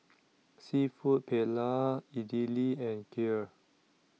Seafood Paella Idili and Kheer